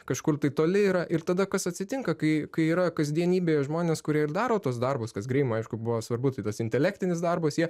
kažkur tai toli yra ir tada kas atsitinka kai kai yra kasdienybėje žmonės kurie ir daro tuos darbus kas greimui aišku buvo svarbu tai tas intelektinis darbas jie